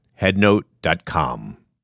headnote.com